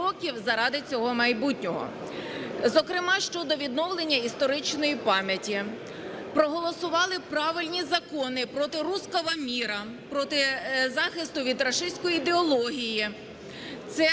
зокрема щодо відновлення історичної пам'яті проголосували правильні закони проти "русского мира", проти захисту від рашистської ідеології.